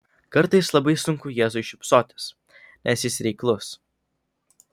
kartais labai sunku jėzui šypsotis nes jis reiklus